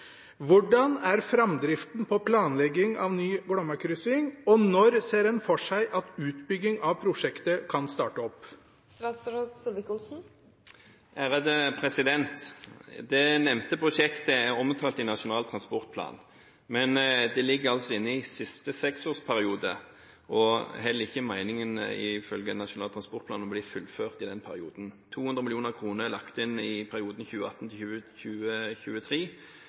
Hvordan er framdriften på planleggingen av ny Glomma-kryssing, og når ser en for seg at utbygging av prosjektet kan starte opp?» Det nevnte prosjektet er omtalt i Nasjonal transportplan, men det ligger altså inne i siste seksårsperiode og er heller ikke meningen, ifølge Nasjonal transportplan, å bli fullført i den perioden. 200 mill. kr er lagt inn i perioden